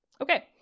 okay